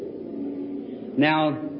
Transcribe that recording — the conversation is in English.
Now